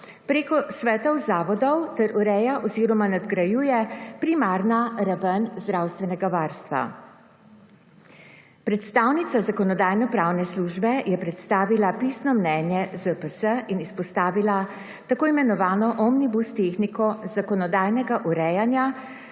preko svetov zavodov ter ureja oziroma nadgrajuje primarna raven zdravstvenega varstva. Predstavnica Zakonodajno-pravne službe je predstavila pisno mnenje ZPS in izpostavila tako imenovano omnibus tehniko zakonodajnega urejanja,